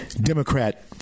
Democrat